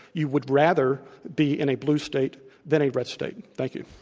you would rather be in a blue state than a red state. thank you.